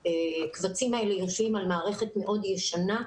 הקבצים האלה יושבים על מערכת מאוד ישנה.